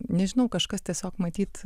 nežinau kažkas tiesiog matyt